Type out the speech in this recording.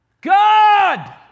God